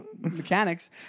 mechanics